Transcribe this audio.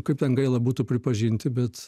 kaip ten gaila būtų pripažinti bet